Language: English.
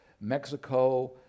Mexico